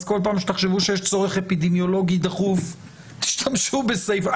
אז כל פעם שתחשבו שיש צורך אפידמיולוגי דחוף תשתמשו בסעיף.